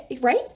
Right